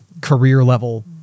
career-level